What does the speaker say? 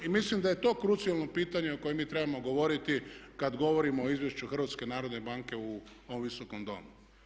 Mislim da je to krucijalno pitanje o kojem mi trebamo govoriti kad govorimo o Izvješću HNB-a u ovom Visokom domu.